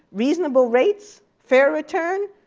reasonable rates, fair return,